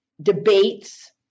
debates